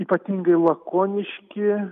ypatingai lakoniški